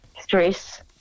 stress